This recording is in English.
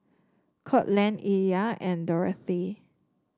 Courtland Illya and Dorathy